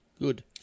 Good